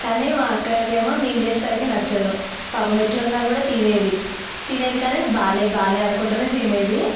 కాని మా అక్కకు ఏమో నేను చేసేసరికి నచ్చదు పాపం ఎట్లా ఉన్నాకూడ తినేది తినేది కాని బాలే బాలే అనుకుంటూనే తినేది